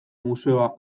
museoa